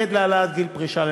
חברת הכנסת נאוה בוקר, תמתיני